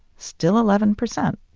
still eleven percent.